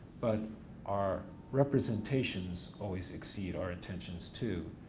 but our representations always exceed our intentions too.